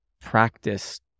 practice